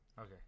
Okay